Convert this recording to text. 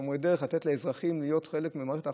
לתת לאזרחים להיות חלק ממערכת האכיפה.